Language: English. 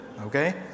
okay